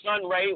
Sunray